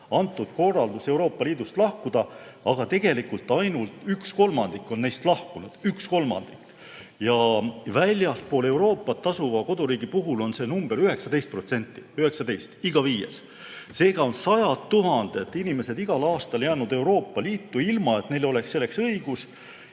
antud korraldus Euroopa Liidust lahkuda, aga tegelikult ainult üks kolmandik on neist lahkunud. Üks kolmandik! Väljaspool Euroopat asuva koduriigi puhul on see näitaja 19% ehk iga viies. Seega on sajad tuhanded inimesed igal aastal jäänud Euroopa Liitu, ilma et neil oleks selleks õigus.